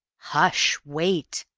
hush! wait!